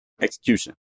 execution